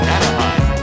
Anaheim